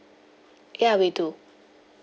ya we do